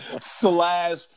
slash